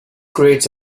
creates